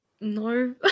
No